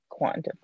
quantify